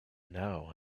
now